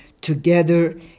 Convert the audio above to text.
together